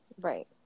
Right